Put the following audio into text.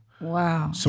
Wow